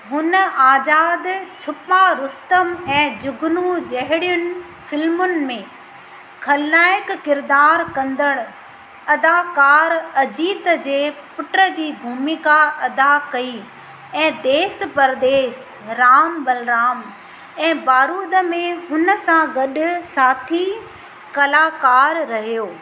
हुन आज़ादु छुपा रुस्तम ऐं जुगनू जहिड़ियुनि फिल्मुनि में ख़लनायक किरदारु कंदड़ अदाकारु अजीत जे पुट जी भूमिका अदा कई ऐं देस परदेस राम बलराम ऐं बारूद में हुन सां गॾु साथी कलाकारु रहियो